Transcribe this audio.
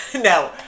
No